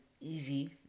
easy